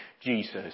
Jesus